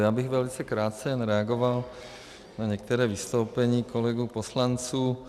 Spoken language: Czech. Já bych jen velice krátce reagoval na některá vystoupení kolegů poslanců.